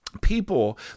people